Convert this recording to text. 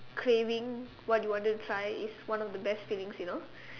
craving what you wanted to try is one of the best feelings you know